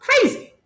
crazy